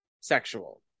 sexual